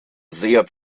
sehr